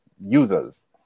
users